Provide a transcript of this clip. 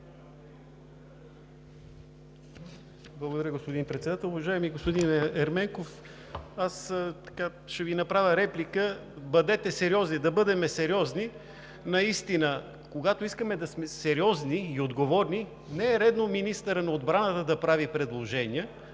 Благодаря, господин Председател. Уважаеми господин Ерменков, аз ще Ви направя реплика: бъдете сериозни, да бъдем сериозни. Наистина, когато искаме да сме сериозни и отговорни, не е редно министърът на отбраната да прави предложения,